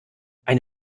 eine